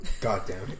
Goddamn